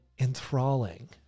enthralling